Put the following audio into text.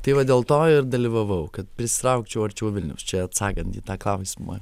tai va dėl to ir dalyvavau kad prisitraukčiau arčiau vilniaus čia atsakant į tą klausimą